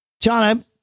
John